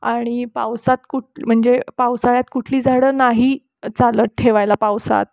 आणि पावसात कुठं म्हणजे पावसाळ्यात कुठली झाडं नाही चालत ठेवायला पावसात